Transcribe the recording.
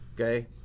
Okay